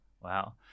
Wow